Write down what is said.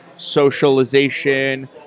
Socialization